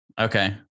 Okay